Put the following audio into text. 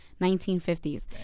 1950s